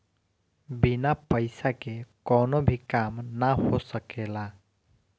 बिना पईसा के कवनो भी काम ना हो सकेला